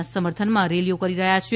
ના સમર્થનમાં રેલીઓ કરી રહ્યા છે